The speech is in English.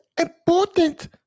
important